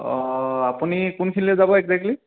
অঁ আপুনি কোনখিনিলে যাব একজেক্টলী